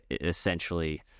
essentially